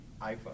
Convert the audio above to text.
iPhone